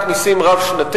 הפחתת מסים רב-שנתית,